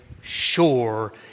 sure